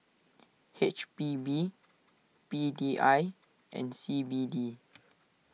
H P B P D I and C B D